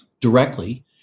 directly